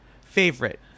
favorite